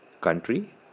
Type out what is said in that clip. country